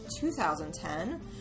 2010